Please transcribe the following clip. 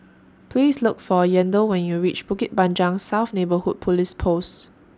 Please Look For Yandel when YOU REACH Bukit Panjang South Neighbourhood Police Post